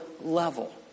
level